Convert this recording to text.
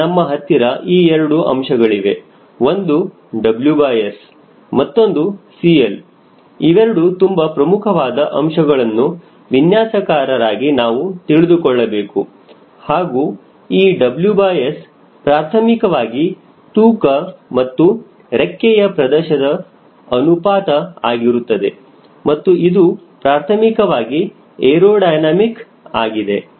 ಈಗ ನಮ್ಮ ಹತ್ತಿರ ಈ ಎರಡು ಅಂಶಗಳಿವೆ ಒಂದು WS ಮತ್ತೊಂದು 𝐶L ಇವೆರಡು ತುಂಬಾ ಪ್ರಮುಖವಾದ ಅಂಶಗಳನ್ನು ವಿನ್ಯಾಸಕಾರರಾಗಿ ನಾವು ತಿಳಿದುಕೊಳ್ಳಬೇಕು ಹಾಗೂ ಈ WS ಪ್ರಾಥಮಿಕವಾಗಿ ತೂಕ ಮತ್ತು ರೆಕ್ಕೆಯ ಪ್ರದೇಶದ ಅನುಪಾತ ಆಗಿರುತ್ತದೆ ಮತ್ತು ಇದು ಪ್ರಾಥಮಿಕವಾಗಿ ಏರೋಡೈನಮಿಕ್ ಆಗಿದೆ